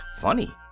funny